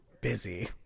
busy